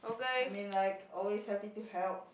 I mean like always happy to help